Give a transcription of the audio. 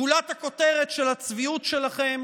גולת הכותרת של הצביעות שלכם